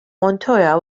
montoya